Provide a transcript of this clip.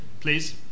Please